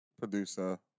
producer